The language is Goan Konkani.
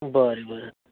बरें बरें